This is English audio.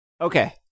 Okay